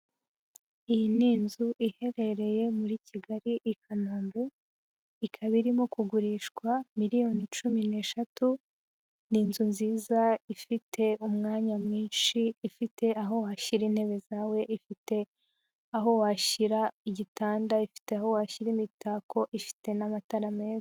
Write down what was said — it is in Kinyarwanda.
Iyi ni inzu iherereye muri Kigali - i Kanombe, ikaba irimo kugurishwa miliyoni cumi n'eshatu, ni inzu nziza ifite umwanya mwinshi, ifite aho washyira intebe zawe, ifite aho washyira igitanda, ifite aho washyira imitako, ifite n'amatara meza.